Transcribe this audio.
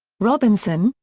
robinson,